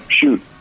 shoot